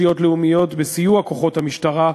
התשתיות הלאומיות, בסיוע כוחות המשטרה,